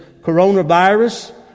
coronavirus